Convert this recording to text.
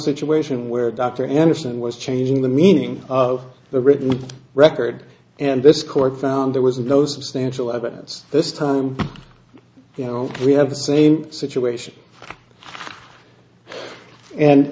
situation where dr anderson was changing the meaning of the written record and this court found there was no substantial evidence this time you know we have the same situation and